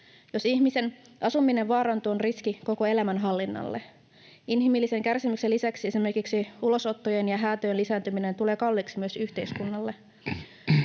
Jos ihmisen asuminen vaarantuu, se on riski koko elämänhallinnalle. Inhimillisen kärsimyksen lisäksi esimerkiksi ulosottojen ja häätöjen lisääntyminen tulee kalliiksi myös yhteiskunnalle.